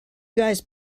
guys